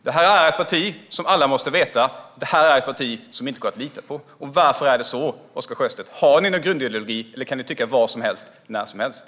Det här är ett parti som alla måste veta är ett parti som inte går att lita på. Och varför är det så, Oscar Sjöstedt? Har ni någon grundideologi, eller kan ni tycka vad som helst när som helst?